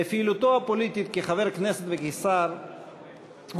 בפעילותו הפוליטית כחבר הכנסת וכשר הוא